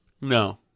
No